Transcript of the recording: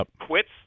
quits